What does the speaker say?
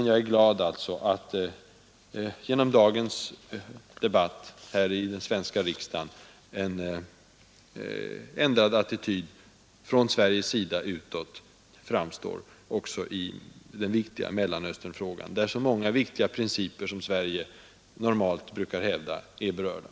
Jag är dock glad att Sveriges attityd i Mellanösternfrågan efter dagens debatt framstår som väsentligt klarare än efter utrikesministerns tal i FN.